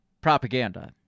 propaganda